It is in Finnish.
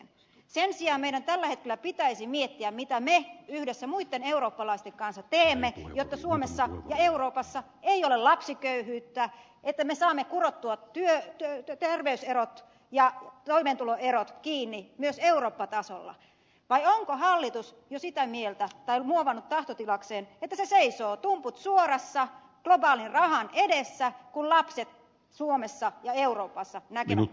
sen sijaan meidän tällä hetkellä pitäisi miettiä mitä me yhdessä muitten eurooppalaisten kanssa teemme jotta suomessa ja euroopassa ei ole lapsiköyhyyttä että me saamme kurottua terveyserot ja toimeentuloerot kiinni myös eurooppa tasolla vai onko hallitus jo sitä mieltä tai muovannut tahtotilakseen että se seisoo tumput suorassa globaalin rahan edessä kun lapset suomessa ja euroopassa näkevät nälkää